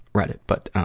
read it. but,